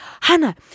hannah